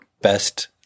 best